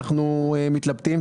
אנחנו מתלבטים.,